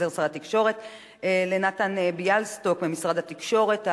לנתן ביאליסטוק ממשרד התקשורת,